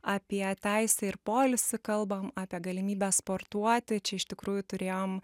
apie teisę ir poilsį kalbam apie galimybę sportuoti čia iš tikrųjų turėjom